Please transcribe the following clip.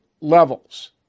levels